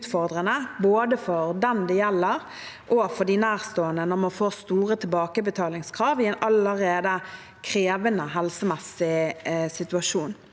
både for den det gjelder, og for de nærstående, når man får store tilbakebetalingskrav i en allerede krevende helsemessig situasjon.